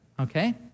okay